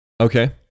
Okay